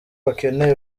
bakeneye